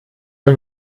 wir